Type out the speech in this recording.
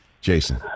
Jason